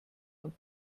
und